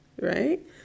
right